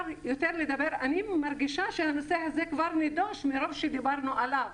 אני מרגישה שהנושא הזה כבר נדוש מרוב שדיברנו עליו.